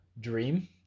dream